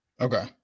Okay